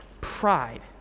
pride